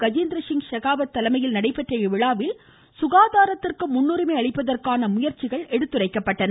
கஜேந்திரசிங் செகாவத் தலைமையில் நடைபெற்ற இவ்விழாவில் சுகாதாரத்திற்கு முன்னுரிமை அளிப்பதற்கான முயற்சிகள் எடுத்துரைக்கப்பட்டன